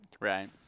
Right